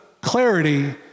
clarity